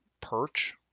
perch